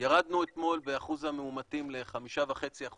ירדנו אתמול באחוז המאומתים ל-5.5%